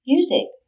Music